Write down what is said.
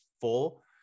full